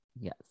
Yes